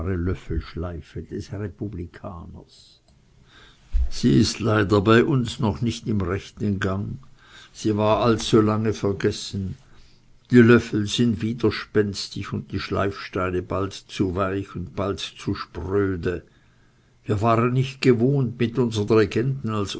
löffelschleife des republikaners sie ist leider bei uns noch nicht im rechten gang sie war allzulange vergessen die löffel sind widerspenstig und die schleifsteine bald zu weich und bald zu spröde wir waren nicht gewohnt mit unsern regenten als